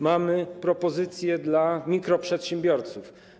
Mamy propozycje dla mikroprzedsiębiorców.